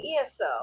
ESO